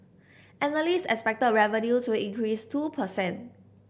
analysts expected revenue to increase two per cent